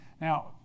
Now